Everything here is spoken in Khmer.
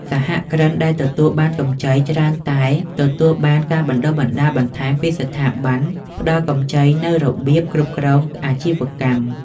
សហគ្រិនដែលទទួលបានកម្ចី ច្រើនតែទទួលបានការបណ្ដុះបណ្ដាលបន្ថែមពីស្ថាប័នផ្ដល់កម្ចីនូវរបៀបគ្រប់គ្រងអាជីវកម្ម។